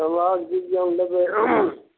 समाज बिज्ञान लेबै